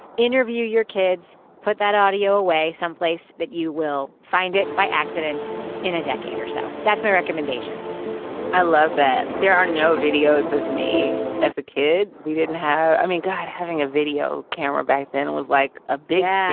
interview your kids, put that audio away someplace that you will find it by accident in a decade or so. that's my recommendation i love that. there are no videos of me as a kid. we didn't have i mean, god having a video camera back then. it was like a big. yeah